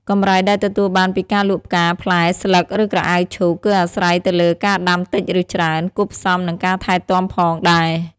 កម្រៃដែលទទួលបានពីការលក់ផ្កា ផ្លែ ស្លឹក ឬក្រអៅឈូក គឺអាស្រ័យទៅលើការដាំតិចឬច្រើន គួបផ្សំនឹងការថែទាំផងដែរ ។